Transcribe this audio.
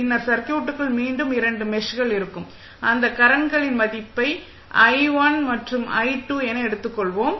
பின்னர் சர்க்யூட்டுக்குள் மீண்டும் இரண்டு மெஷ்கள் இருக்கும் அந்த கரண்ட்களின் மதிப்பை ஐ i1 மற்றும் ஐ i2 என எடுத்துக்கொள்வோம்